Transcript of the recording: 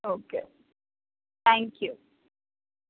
okay thank you